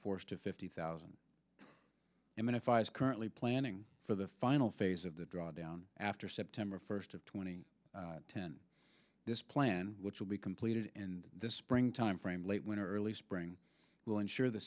force to fifty thousand and five currently planning for the final phase of the drawdown after september first of twenty ten this plan which will be completed in the spring timeframe late winter early spring will ensure the